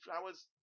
flowers